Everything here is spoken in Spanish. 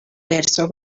verso